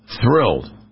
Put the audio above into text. Thrilled